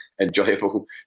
enjoyable